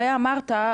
הרי אמרת,